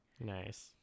Nice